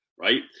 right